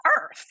earth